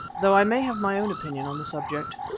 though i may have my own opinion on the subject.